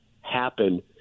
happen